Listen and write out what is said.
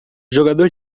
jogador